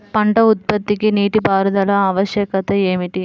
పంట ఉత్పత్తికి నీటిపారుదల ఆవశ్యకత ఏమిటీ?